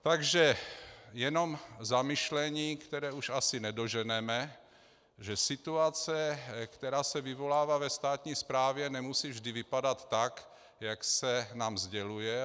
Takže jenom zamyšlení, které už asi nedoženeme, že situace, která se vyvolává ve státní správě, nemusí vždy vypadat tak, jak se nám sděluje.